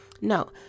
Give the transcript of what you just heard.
No